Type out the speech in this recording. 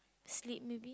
sleep maybe